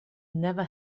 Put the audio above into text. never